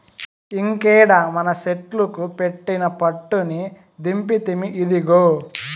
ఇంకేడ మనసెట్లుకు పెట్టిన పట్టుని దింపితిమి, ఇదిగో